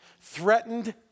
Threatened